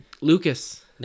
Lucas